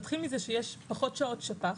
נתחיל מזה שיש פחות שעות שפ"ח